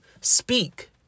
speak